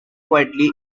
quietly